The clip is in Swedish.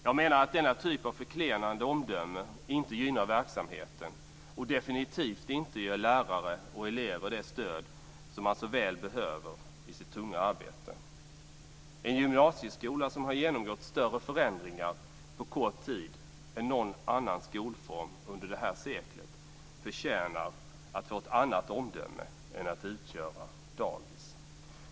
Jag menar att denna typ av förklenande omdömen inte gynnar verksamheten och definitivt inte ger lärare och elever det stöd som de så väl behöver i sitt tunga arbete. En gymnasieskola som har genomgått större förändringar på kort tid än någon annan skolform under detta sekel förtjänar att få ett annat omdöme än att kallas dagis.